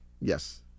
Yes